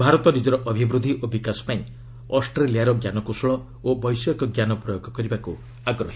ଭାରତ ନିକର ଅଭିବୂଦ୍ଧି ଓ ବିକାଶ ପାଇଁ ଅଷ୍ଟ୍ରେଲିଆର ଜ୍ଞାନକୌଶଳ ତଥା ବୈଷୟିକ ଜ୍ଞାନ ପ୍ରୟୋଗ କରିବାକୁ ଆଗ୍ରହୀ